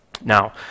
Now